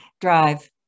Drive